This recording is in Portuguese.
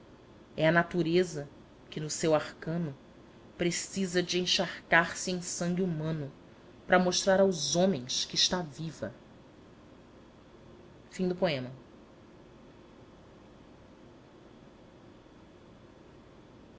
é a natureza que no seu arcano precisa de encharcar se em sangue humano para mostrar aos homens que está viva senhor da